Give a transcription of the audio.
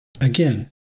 Again